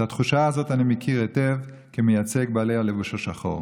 את התחושה הזאת אני מכיר היטב כמייצג בעלי הלבוש השחור.